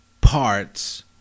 parts